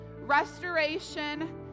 restoration